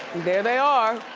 there they are.